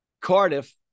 Cardiff